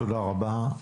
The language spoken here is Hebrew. תודה רבה.